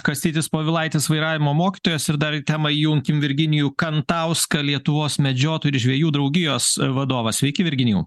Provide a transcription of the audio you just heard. kastytis povilaitis vairavimo mokytojas ir dar į temą įjunkim virginijų kantauską lietuvos medžiotojų ir žvejų draugijos vadoą sveiki virginijau